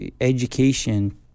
education